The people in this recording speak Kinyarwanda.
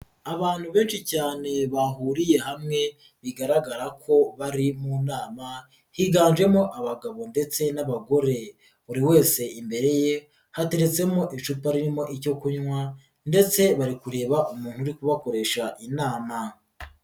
Abantu benshi cyane bahuriye hamwe bigaragara ko bari mu nama higanjemo abagabo ndetse n'abagore, buri wese imbere ye hatetsemo icupa ririmo icyo kunywa ndetse bari kureba umuntu uri kubakoresha inama.